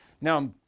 now